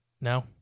No